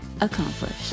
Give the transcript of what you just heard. accomplished